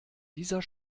dieser